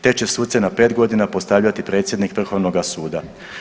Te će suce na 5 godina postavljati predsjednik Vrhovnoga suda.